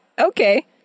Okay